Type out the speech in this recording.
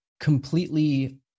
completely